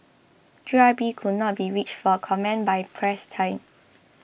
G Y P could not be reached for comment by press time